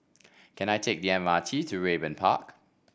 can I take the M R T to Raeburn Park